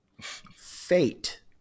Fate